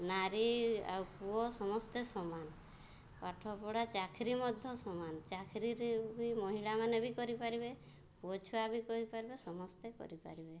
ନାରୀ ଆଉ ପୁଅ ସମସ୍ତେ ସମାନ ପାଠ ପଢ଼ା ଚାକିରି ମଧ୍ୟ ସମାନ ଚାକିରିରେ ବି ମହିଳାମାନେ ବି କରିପାରିବେ ପୁଅ ଛୁଆ ବି କରିପାରିବେ ସମସ୍ତେ କରିପାରିବେ